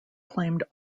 claimed